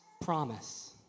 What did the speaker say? promise